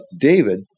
David